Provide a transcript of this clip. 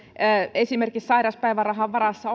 esimerkiksi sairauspäivärahan varassa